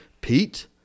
Pete